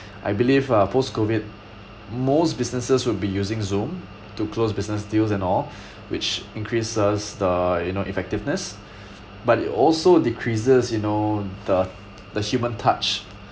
I believe uh post COVID most businesses will be using zoom to close business deals and all which increases the you know effectiveness but it also decreases you know the the human touch